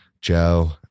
Joe